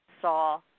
saw